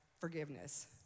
forgiveness